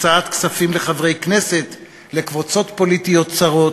הקצאת כספים לחברי כנסת ולקבוצות פוליטיות צרות?